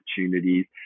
opportunities